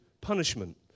punishment